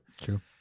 True